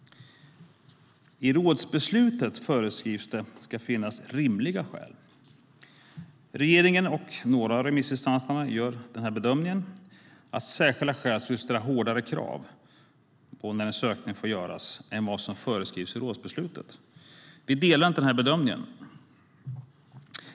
I rådsbeslutet föreskrivs att det ska finnas rimliga skäl. Regeringen och några av remissinstanserna gör bedömningen att särskilda skäl skulle ställa hårdare krav på när en sökning får göras än vad som föreskrivs i rådsbeslutet. Vi delar inte den bedömningen.